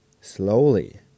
slowly